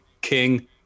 King